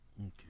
Okay